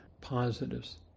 positives